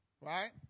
right